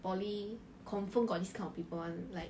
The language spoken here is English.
poly confirm got this kind of people [one] like